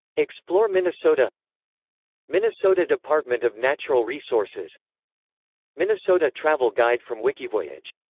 explore minnesota minnesota department of natural resources minnesota travel guide from wikivoyage